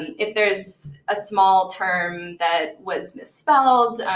if there is a small term that was misspelled,